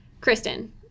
Kristen